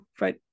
right